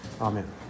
Amen